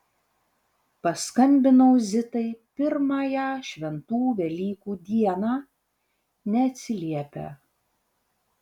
paskambinau zitai pirmąją šventų velykų dieną neatsiliepia